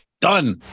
done